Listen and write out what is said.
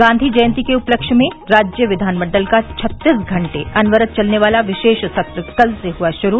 गांधी जयन्ती के उपलक्ष्य में राज्य विधान मंडल का छत्तीस घंटे अनवरत चलने वाला विशेष सत्र कल से हुआ शुरू